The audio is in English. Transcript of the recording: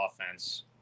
offense